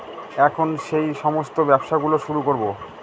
এখন সেই সমস্ত ব্যবসা গুলো শুরু করবো